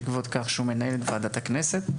בעקבות כך שהוא מנהל את ועדת הכנסת.